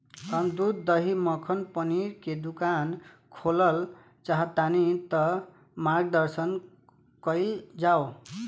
हम दूध दही मक्खन पनीर के दुकान खोलल चाहतानी ता मार्गदर्शन कइल जाव?